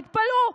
תתפלאו.